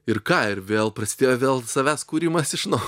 ir ką ir vėl prasidėjo vėl savęs kūrimas iš nau